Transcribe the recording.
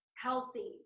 healthy